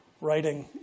writing